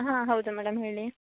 ಹಾಂ ಹೌದು ಮೇಡಮ್ ಹೇಳಿ